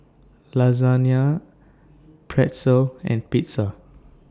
Lasagne Pretzel and Pizza